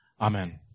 Amen